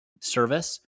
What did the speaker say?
service